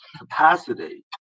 capacity